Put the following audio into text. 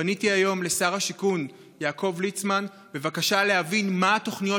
פניתי היום לשר השיכון יעקב ליצמן בבקשה להבין מה התוכניות